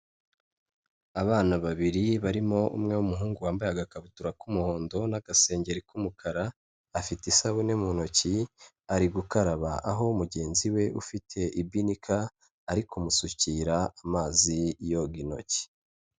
Abana babiri barimo umwe w'umuhungu wambaye agakabutura k'umuhondo n'agasengeri k'umukara, afite isabune mu ntoki, ari gukaraba, aho mugenzi we ufite ibinika ari kumusukira amazi yoga intoki.